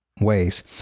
ways